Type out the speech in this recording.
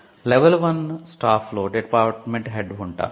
కాబట్టి level one staff లో department head ఉంటారు